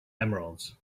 emeralds